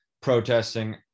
protesting